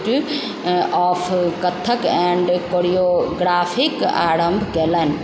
of Kathak and choreographic आरम्भ कयलनि